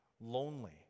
lonely